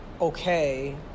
Okay